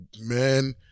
man